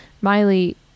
Miley